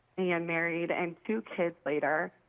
and married and two kids later,